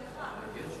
שלך.